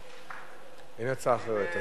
אין הצעה אחרת.